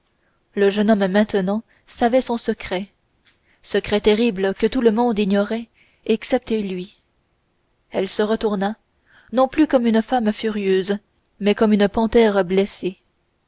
le jeune homme maintenant savait son secret secret terrible que tout le monde ignorait excepté lui elle se retourna non plus comme une femme furieuse mais comme une panthère blessée